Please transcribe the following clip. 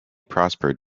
prospered